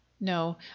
No